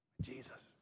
Jesus